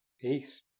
Peace